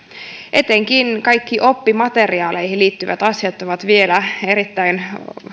etenkin kaikki oppimateriaaleihin liittyvät asiat ovat vielä erittäin